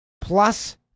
plus